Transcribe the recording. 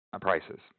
prices